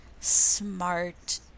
smart